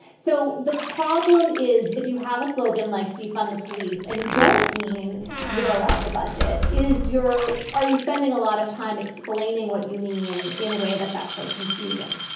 so the problem is, if you have a slogan like defund the police and you don't mean zero out the budget, is your are you spending a lot of time explaining what you mean in a way that's actually confusing?